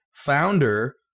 Founder